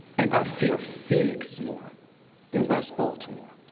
and i fear phoenix more than west baltimore.